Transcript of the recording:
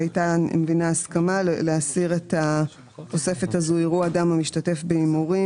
הייתה אני מבינה הסכמה להסיר את התוספת הזו: "יראו אדם המשתתף בהימורים